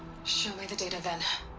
show me the data then. and